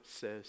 says